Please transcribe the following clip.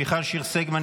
מיכל שיר סגמן,